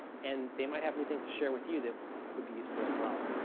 and they might have new things to share with you that would be useful as well.